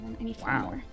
Wow